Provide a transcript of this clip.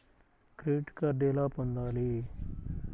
Credit card ఎలా పొందాలి?